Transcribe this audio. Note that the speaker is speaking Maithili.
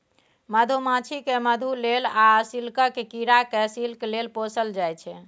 मधुमाछी केँ मधु लेल आ सिल्कक कीरा केँ सिल्क लेल पोसल जाइ छै